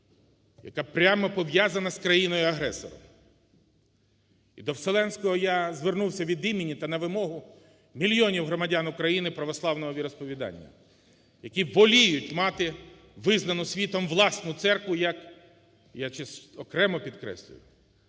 яка прямо пов'язана з країною-агресором. І до Вселенського я звернувся від імені та на вимогу мільйонів громадян України православного віросповідання, які воліють мати визнану світом, власну церкву як, я зараз окремо підкреслюю,